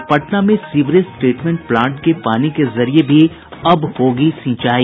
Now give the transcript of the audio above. और पटना में sewerage treatment plant के पानी के जरिये भी अब होगी सिंचाई